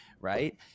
right